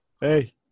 Hey